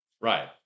Right